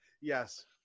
yes